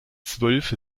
zwölf